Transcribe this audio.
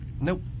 Nope